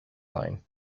line